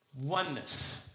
Oneness